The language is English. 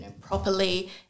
properly